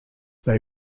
they